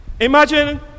imagine